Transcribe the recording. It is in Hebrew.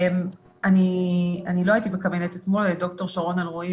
לא הייתי אתמול בקבינט אלא ד"ר שרון אלרעי,